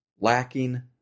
lacking